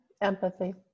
Empathy